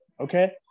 okay